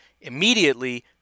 immediately